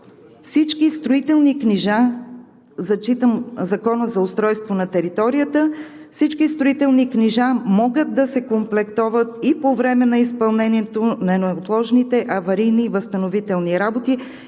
всички строителни книжа, зачитам Закона за устройство на територията: „Всички строителни книжа могат да се комплектуват и по време на изпълнението на неотложните аварийни и възстановителни работи